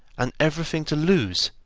and everything to lose,